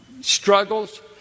struggles